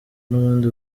n’ubundi